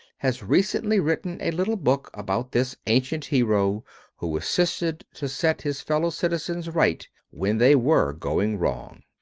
has recently written a little book about this ancient hero who assisted to set his fellow-citizens right when they were going wrong.